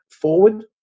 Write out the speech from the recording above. forward